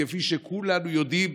כפי שכולם יודעים,